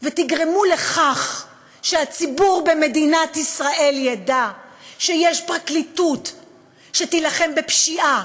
ותגרמו לכך שהציבור במדינת ישראל ידע שיש פרקליטות שתילחם בפשיעה,